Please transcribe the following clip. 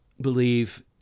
believe